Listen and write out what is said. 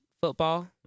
football